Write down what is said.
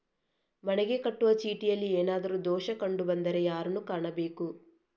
ಮನೆಗೆ ಕಟ್ಟುವ ಚೀಟಿಯಲ್ಲಿ ಏನಾದ್ರು ದೋಷ ಕಂಡು ಬಂದರೆ ಯಾರನ್ನು ಕಾಣಬೇಕು?